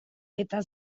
eta